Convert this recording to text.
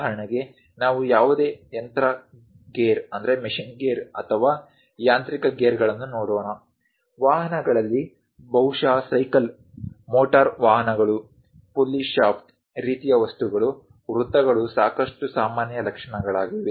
ಉದಾಹರಣೆಗೆ ನಾವು ಯಾವುದೇ ಯಂತ್ರ ಗೇರ್ ಅಥವಾ ಯಾಂತ್ರಿಕ ಗೇರ್ಗಳನ್ನು ನೋಡೋಣ ವಾಹನಗಳಲ್ಲಿ ಬಹುಶಃ ಸೈಕಲ್ ಮೋಟಾರು ವಾಹನಗಳು ಪುಲ್ಲಿ ಶಾಫ್ಟ್ ರೀತಿಯ ವಸ್ತುಗಳು ವೃತ್ತಗಳು ಸಾಕಷ್ಟು ಸಾಮಾನ್ಯ ಲಕ್ಷಣಗಳಾಗಿವೆ